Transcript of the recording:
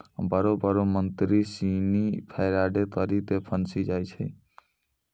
बड़ो बड़ो मंत्री सिनी फरौड करी के फंसी जाय छै